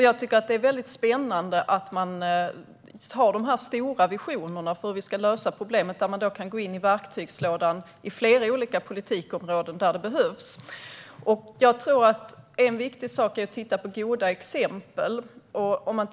Jag tycker att det är spännande att man har de här stora visionerna för hur vi ska lösa problemet och att man kan använda sig av verktygslådan på flera olika politikområden där det behövs. Jag tror att en viktig sak är att titta på goda exempel.